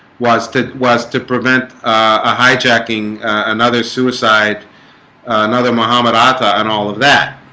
was that was to prevent a hijacking another suicide another mohammed atta and all of that.